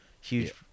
huge